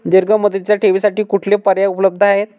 दीर्घ मुदतीच्या ठेवींसाठी कुठले पर्याय उपलब्ध आहेत?